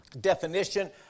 definition